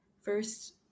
first